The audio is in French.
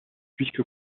puisque